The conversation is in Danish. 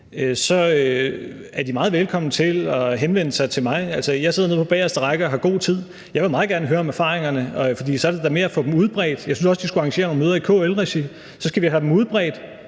er de meget velkomne til at henvende sig til mig. Altså, jeg sidder nede på bagerste række og har god tid, og jeg vil meget gerne høre om erfaringerne, for så er det da med at få dem udbredt. Jeg synes også, at de skulle arrangere nogle møder i KL-regi, for vi skal have det udbredt.